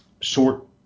short